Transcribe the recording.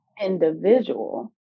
individual